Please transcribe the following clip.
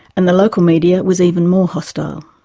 and the local media was even more hostile.